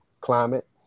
climate